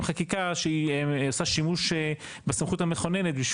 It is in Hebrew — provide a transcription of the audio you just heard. חקיקה שהיא עושה שימוש בסמכות המכוננת,